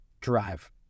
drive